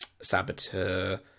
Saboteur